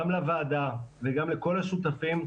גם לוועדה וגם לכל השותפים,